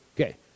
Okay